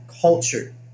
Culture